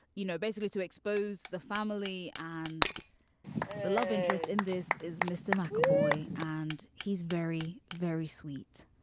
you know, basically to expose the family. and the love interest in this is mr. mcavoy. and he's very, very sweet.